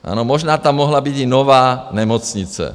Ano, možná tam mohla být i nová nemocnice.